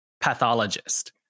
pathologist